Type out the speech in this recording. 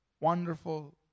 wonderful